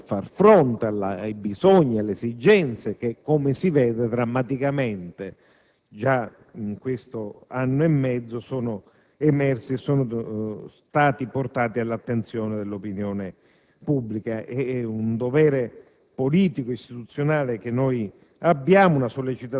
il punto è esattamente come il Senato, che da un anno e mezzo è bloccato nella discussione dei vari provvedimenti di legge, riesca a